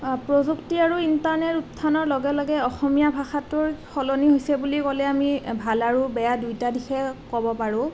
প্ৰযুক্তি আৰু ইণ্টাৰনেটৰ উত্থানৰ লগে লগে অসমীয়া ভাষাটোৰ সলনি হৈছে বুলি ক'লে আমি ভাল আৰু বেয়া দুয়োটা দিশেই ক'ব পাৰোঁ